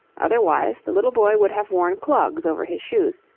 otherwise the little boy would have worn clogs over his shoes,